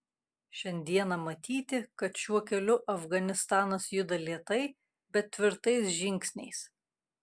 šiandieną matyti kad šiuo keliu afganistanas juda lėtai bet tvirtais žingsniais